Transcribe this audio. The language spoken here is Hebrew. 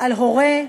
על הורה,